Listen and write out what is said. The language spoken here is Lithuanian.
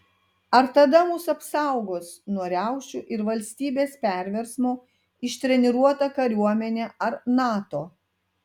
ar tada mus apsaugos nuo riaušių ir valstybės perversmo ištreniruota kariuomenė ar nato